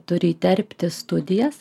turi įterpti studijas